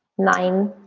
nine,